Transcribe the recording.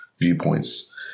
viewpoints